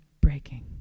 breaking